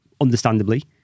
understandably